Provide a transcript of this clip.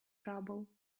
trouble